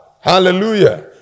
Hallelujah